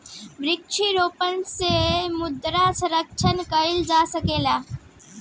वृक्षारोपण से मृदा संरक्षण कईल जा सकेला